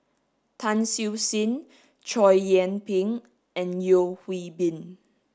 Tan Siew Sin Chow Yian Ping and Yeo Hwee Bin